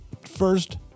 First